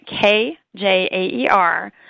K-J-A-E-R